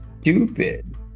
stupid